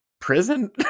prison